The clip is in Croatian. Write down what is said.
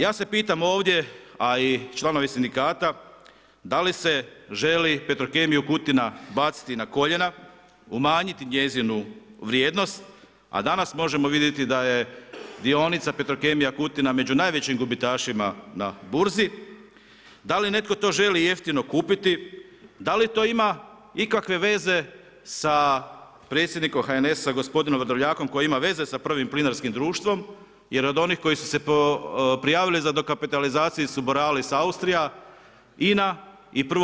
Ja se pitam ovdje a i članovi sindikata da li se želi Petrokemiju Kutina baciti na koljena, umanjiti njezinu vrijednost, a danas možemo vidjeti daje dionica Petrokemija Kutina među najvećim gubitašima na burzi, da li netko to želi jeftino kupiti, da li to ima ikakve veze sa predsjednikom HNS-a gospodinom Vrdoljakom koji ima veze sa PPD-om jer od onih koji su se prijavili za dokapitalizaciju Borealis Austria, INA i PPD,